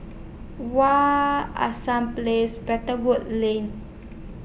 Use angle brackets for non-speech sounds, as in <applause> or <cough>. <unintelligible> Hassan Place Better Wood Lane